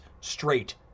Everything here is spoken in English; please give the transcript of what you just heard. straight